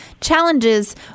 challenges